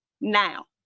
now